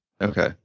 Okay